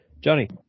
Johnny